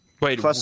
Wait